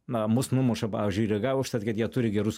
na mus numuša pavyzdžiui ryga užtat kad jie turi gerus